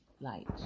light